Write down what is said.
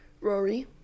Rory